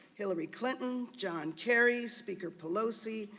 hillary clinton, john kerry, speaker pelosi,